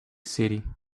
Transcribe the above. city